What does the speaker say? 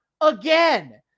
Again